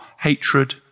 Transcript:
hatred